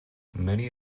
many